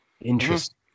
interesting